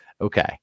Okay